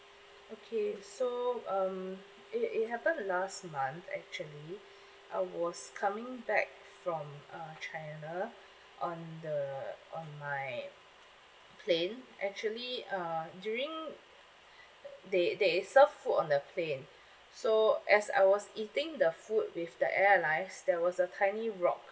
okay so um it it happened last month actually I was coming back from uh china on the on my plane actually uh during they they serve food on the plane so as I was eating the food with the airlines there was a tiny rock